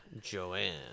Joanne